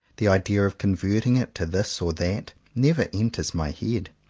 the idea of converting it to this or that, never enters my head.